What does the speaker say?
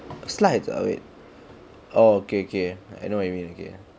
slides ah wait oh okay okay I know what you mean okay